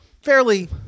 fairly